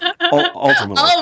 ultimately